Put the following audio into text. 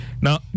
Now